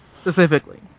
specifically